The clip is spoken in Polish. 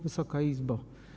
Wysoka Izbo!